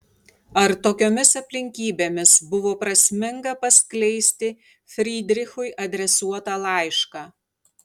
ar tokiomis aplinkybėmis buvo prasminga paskleisti frydrichui adresuotą laišką